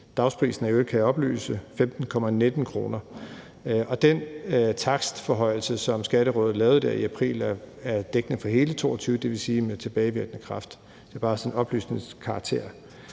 Dagsprisen er i øvrigt, kan jeg oplyse, 15,19 kr. Og den takstforhøjelse, som Skatterådet lavede der i april, er dækkende for hele 2022, dvs. med tilbagevirkende kraft. Det er bare sådan af oplysende karakter.